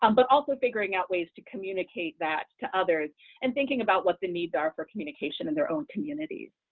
um but also figuring out ways to communicate that to others and thinking about what the needs are for communication in their own communities.